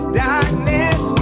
darkness